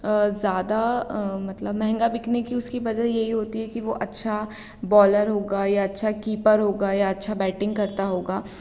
ज़्यादा मतलब महंगा बिकने की उसकी वजह यही होती है कि वो अच्छा बॉलर होगा या अच्छा कीपर होगा या अच्छा बैटिंग करता होगा